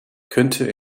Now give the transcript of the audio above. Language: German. könnte